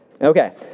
Okay